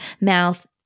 mouth